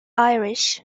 irish